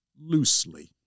loosely